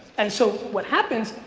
and so what happens,